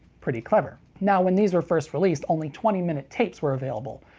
pretty clever. now, when these were first released, only twenty minute tapes were available.